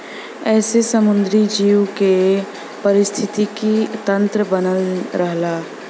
एसे समुंदरी जीव के पारिस्थितिकी तन्त्र बनल रहला